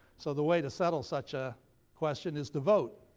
so the way to settle such a question is to vote.